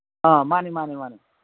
ꯑꯥ ꯃꯥꯅꯦ ꯃꯥꯅꯦ ꯃꯥꯅꯦ